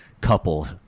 couple